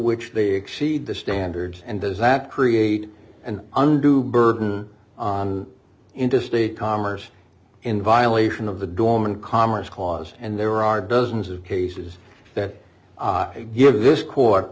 which they exceed the standards and does that create an undue burden on interstate commerce in violation of the dorman commerce clause and there are dozens of cases that give this court